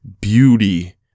beauty